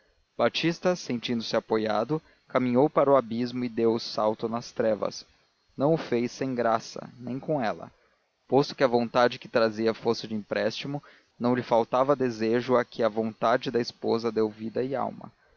batista sentindo-se apoiado caminhou para o abismo e deu o salto nas trevas não o fez sem graça nem com ela posto que a vontade que trazia fosse de empréstimo não lhe faltava desejo a que a vontade da esposa deu vida e alma